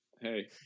Hey